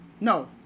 no